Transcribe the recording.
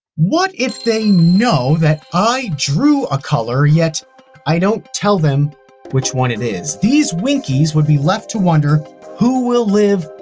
what if they know i drew a color, yet i don't tell them which one it is? these winkeys would be left to wonder who will live,